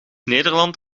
nederland